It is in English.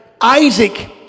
Isaac